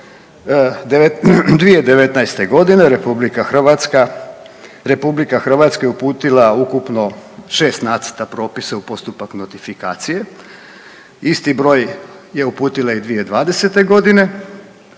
2019. godine RH, RH je uputila ukupno 6 nacrta propisa u postupak notifikacije. Isti broj je uputila i 2020. godine,